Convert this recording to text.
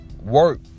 work